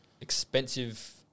expensive